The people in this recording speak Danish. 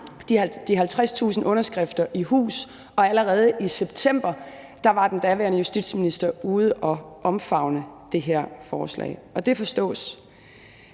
de 50.000 underskrifter i hus, og allerede i september var den daværende justitsminister ude at omfavne det her forslag. Og det forstås.